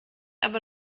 aber